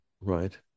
right